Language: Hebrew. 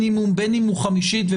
X פסקי דין נמצאים מתחת לרף של החמישית,